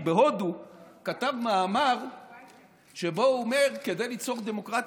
בהודו שבו הוא אומר: כדי ליצור דמוקרטיה,